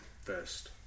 first